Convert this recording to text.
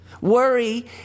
Worry